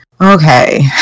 okay